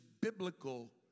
biblical